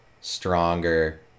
stronger